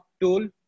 tool